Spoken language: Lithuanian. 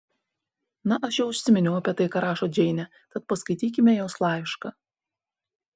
na aš jau užsiminiau apie tai ką rašo džeinė tad paskaitykime jos laišką